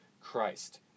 Christ